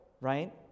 right